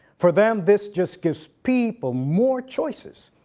for them, this just gives people more choices.